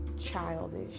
childish